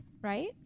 Right